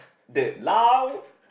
loud